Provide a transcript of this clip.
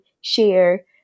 share